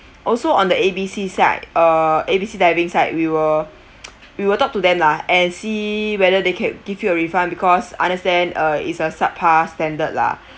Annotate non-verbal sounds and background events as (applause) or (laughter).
also on the A B C side uh A B C diving side we will (noise) we will talk to them lah and see whether they can give you a refund because understand uh it's a subpar standard lah